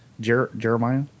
Jeremiah